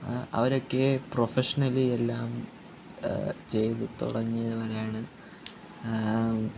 അവരൊക്കെ പ്രൊഫെക്ഷണലി എല്ലാം ചെയ്ത് തുടങ്ങിയവരാണ്